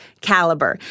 caliber